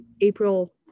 april